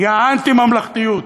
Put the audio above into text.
הוא האנטי-ממלכתיות.